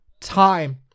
time